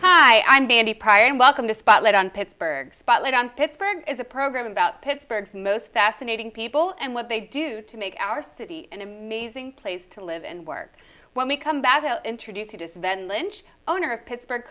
hi i'm danny pryor and welcome to spotlight on pittsburgh spotlight on pittsburgh is a program about pittsburgh the most fascinating people and what they do to make our city an amazing place to live and work when we come back to introduce you to sven lynch owner of pittsburgh